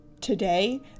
today